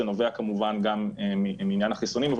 זה נובע כמובן גם מעניין החיסונים אבל